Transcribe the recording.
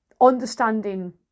understanding